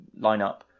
lineup